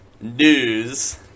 News